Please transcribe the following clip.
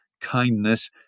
kindness